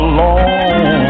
Alone